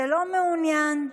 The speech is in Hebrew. שלא מעוניין,